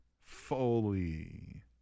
Foley